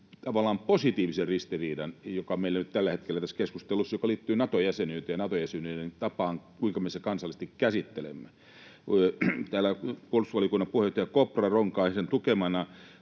positiivisen ristiriidan, joka meillä nyt tällä hetkellä on tässä keskustelussa, joka liittyy Nato-jäsenyyteen ja tapaan, kuinka me sen kansallisesti käsittelemme. Täällä puolustusvaliokunnan puheenjohtaja Kopra Ronkaisen tukemana